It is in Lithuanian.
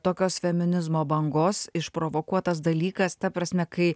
tokios feminizmo bangos išprovokuotas dalykas ta prasme kai